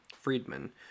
Friedman